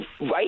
Right